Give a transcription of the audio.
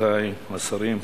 רבותי השרים,